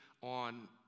on